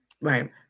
Right